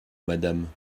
madame